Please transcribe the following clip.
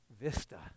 Vista